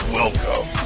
welcome